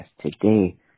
Today